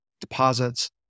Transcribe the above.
deposits